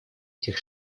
этих